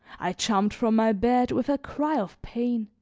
i jumped from my bed with a cry of pain